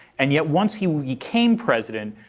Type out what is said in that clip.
and yet once he became president,